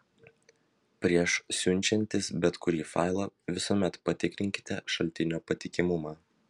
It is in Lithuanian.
prieš siunčiantis bet kurį failą visuomet patikrinkite šaltinio patikimumą